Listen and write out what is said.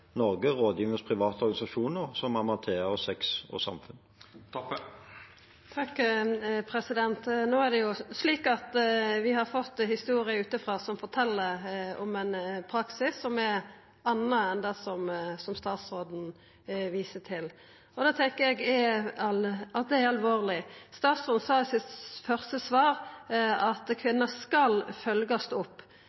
private organisasjoner som Amathea og Sex og samfunn. No er det slik at vi har fått historier utanfrå som fortel om ein annan praksis enn det statsråden viser til. Det tenkjer eg er alvorleg. Statsråden sa i det første svaret sitt at kvinner skal følgjast opp, at det skal vera prosedyrar for det, at det skal vera ein praksis, og at